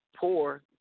poor